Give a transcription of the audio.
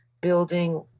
building